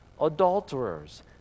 adulterers